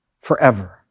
forever